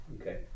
Okay